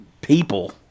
people